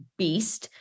beast